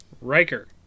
Riker